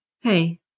Hey